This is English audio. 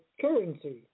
currency